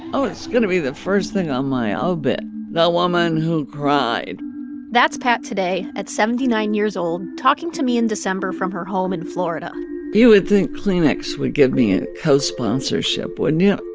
it's going to be the first thing on my ah obit the woman who cried that's pat today at seventy nine years old, talking to me in december from her home in florida you would think kleenex would give me a co-sponsorship, wouldn't you?